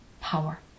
power